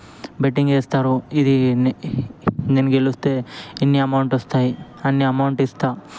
బెట్టింగేస్తారు ఇదీ నే నేను గెలుస్తే ఇన్ని అమౌంటు వస్తాయి అన్ని అమౌంట్ ఇస్తాం